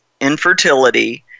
infertility